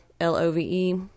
L-O-V-E